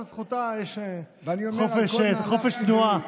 זו זכותה, יש חופש תנועה.